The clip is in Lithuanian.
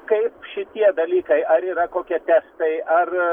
kaip šitie dalykai ar yra kokie testai ar